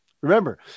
Remember